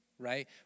right